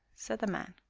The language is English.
said the man.